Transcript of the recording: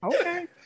Okay